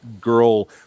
girl